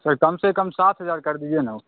sir कम से कम सात हजार कर दीजिए न वो